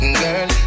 girl